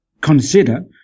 consider